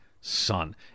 son